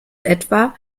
etwa